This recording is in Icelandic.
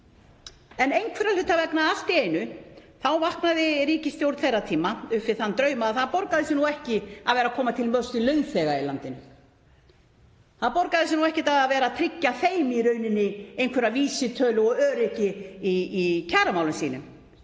En einhverra hluta vegna, allt í einu, vaknaði ríkisstjórn þeirra tíma upp við þann draum að það borgaði sig ekki að vera að koma til móts við launþega í landinu. Það borgaði sig ekki að vera að tryggja þeim eitthvert vísitöluöryggi í kjaramálum sínum,